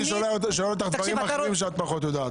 שואל אותך דברים אחרים שאת פחות יודעת,